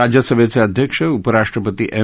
राज्यसभेचे अध्यक्ष उपराष्ट्रपती एम